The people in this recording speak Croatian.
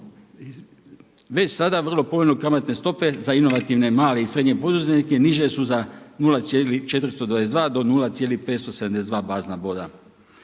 Već sada vrlo povoljno kamatne stope za inovativne male i srednje poduzetnike niže su za 0,422 do 0,572 bazna boda.